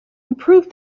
improved